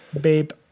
Babe